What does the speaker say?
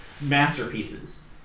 masterpieces